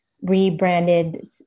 rebranded